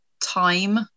time